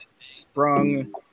Sprung